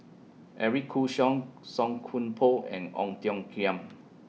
Eric Khoo Song Koon Poh and Ong Tiong Khiam